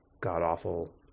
god-awful